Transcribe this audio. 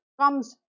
comes